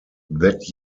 that